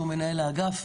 שהוא מנהל האגף,